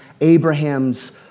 Abraham's